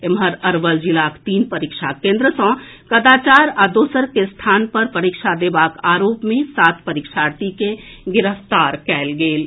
एम्हर अरवल जिलाक तीन परीक्षा केन्द्र सँ कदाचार आ दोसर के स्थान पर परीक्षा देबाक आरोप मे सात परीक्षार्थी के गिरफ्तार कयल गेल अछि